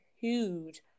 huge